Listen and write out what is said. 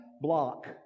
block